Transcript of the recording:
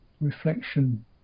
reflection